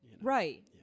Right